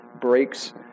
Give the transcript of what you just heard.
breaks